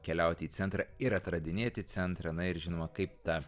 keliauti į centrą ir atradinėti centrą na ir žinoma kaip ta